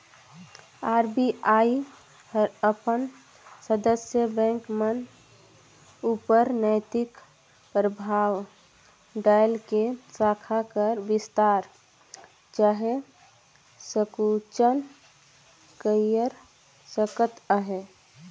RBI हर अपन सदस्य बेंक मन उपर नैतिक परभाव डाएल के साखा कर बिस्तार चहे संकुचन कइर सकत अहे